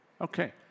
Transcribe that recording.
Okay